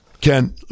Ken